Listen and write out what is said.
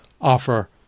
offer